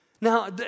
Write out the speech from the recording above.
Now